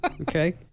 Okay